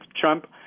Trump